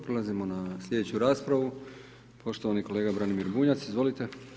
Prelazimo na sljedeću raspravu, poštovani kolega Branimir Bunjac, izvolite.